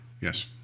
yes